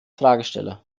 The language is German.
fragesteller